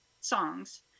songs